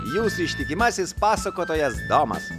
jūsų ištikimasis pasakotojas domas